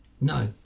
No